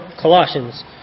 Colossians